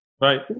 Right